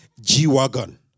G-Wagon